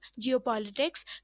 geopolitics